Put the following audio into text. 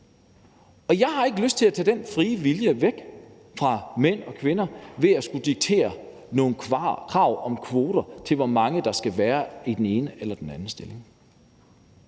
Jeg har ikke lyst til at tage den frie vilje væk fra mænd og kvinder ved at skulle diktere nogle krav om kvoter for, hvor mange der skal være i den ene eller anden stillingskategori.